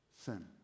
sin